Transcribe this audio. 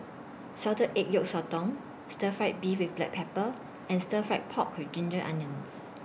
Salted Egg Yolk Sotong Stir Fried Beef with Black Pepper and Stir Fried Pork with Ginger Onions